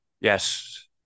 Yes